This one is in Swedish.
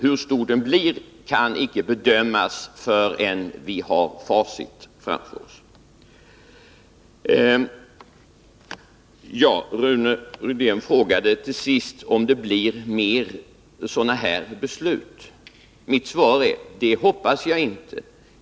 Hur stor den blir kan icke bedömas förrän vi har facit framför oss. Rune Rydén frågade till sist om det blir fler sådana här beslut. Mitt svar är: Det hoppas jag inte.